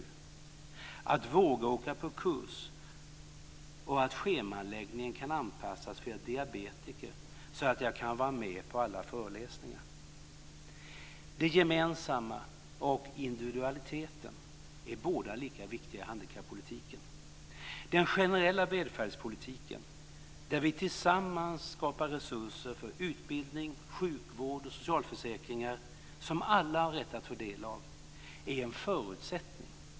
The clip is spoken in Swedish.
"; att våga åka på kurs och att schemaläggningen kan anpassas för diabetiker så att man kan vara med på alla föreläsningar. Det gemensamma och individualiteten är båda lika viktiga i handikappolitiken. Den generella välfärdspolitiken, där vi tillsammans skapar resurser för utbildning, sjukvård och socialförsäkringar som alla har rätt att få del av, är en förutsättning.